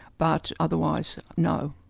but otherwise, no.